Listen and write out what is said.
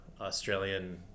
Australian